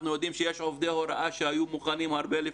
אנחנו יודעים שיש עובדי הוראה שהיו מוכנים הרבה לפני.